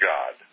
God